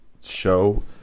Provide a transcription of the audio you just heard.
show